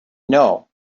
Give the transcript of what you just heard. know